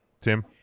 Tim